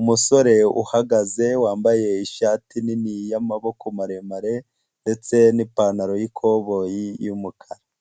umusore uhagaze wambaye ishati nini y'amaboko maremare ndetse n'ipantaro y'ikoboyi y'umukara.